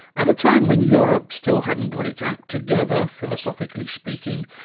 at a time when europe still hadn't got its act together, philosophically speaking,